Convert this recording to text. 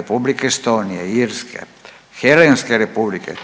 Republike Estonije, Irske, Helenske Republike,